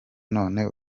none